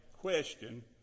question